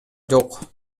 жок